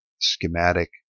schematic